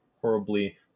horribly